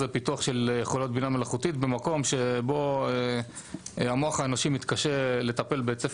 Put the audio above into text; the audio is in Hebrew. פיתוח של יכולות בינה מלאכותית במקום שבו המוח האנושי מתקשה לטפל בהיצף